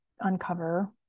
uncover